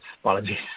Apologies